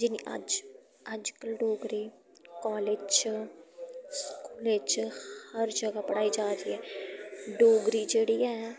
जिन्नी अज्ज अजकल्ल डोगरी कालज च स्कूलै च हर ज'गा पढ़ाई जा'रदी ऐ डोगरी जेह्ड़ी ऐ